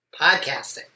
Podcasting